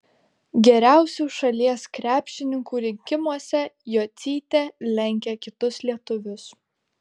geriausių šalies krepšininkų rinkimuose jocytė lenkia kitus lietuvius